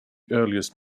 earliest